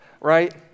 right